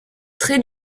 trait